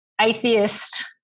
Atheist